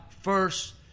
first